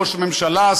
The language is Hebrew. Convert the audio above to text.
ראש הממשלה,